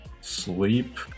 sleep